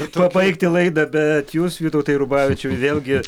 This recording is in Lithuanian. pabaigti laidą bet jūs vytautui rubavičiui vėlgi